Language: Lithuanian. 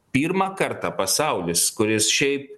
pirmą kartą pasaulis kuris šiaip